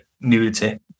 nudity